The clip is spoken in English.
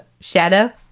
shadow